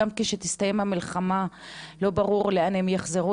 גם כשתסתיים המלחמה לא ברור לאן הם יחזרו,